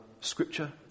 scripture